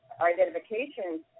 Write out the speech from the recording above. identification